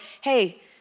hey